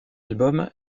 album